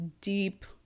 deep